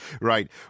Right